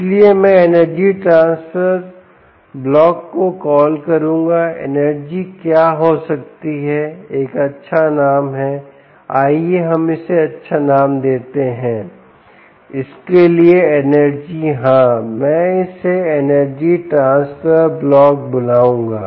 इसलिए मैं energy transfer block को कॉल करूंगा एनर्जी क्या हो सकती है एक अच्छा नाम है आइए हम इसे अच्छा नाम देते हैं इसके लिए एनर्जी हाँ मैं इसे एनर्जी ट्रांसफर ब्लॉक बुलाऊंगा